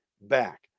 back